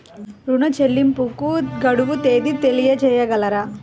ఋణ చెల్లింపుకు గడువు తేదీ తెలియచేయగలరా?